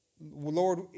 Lord